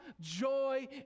joy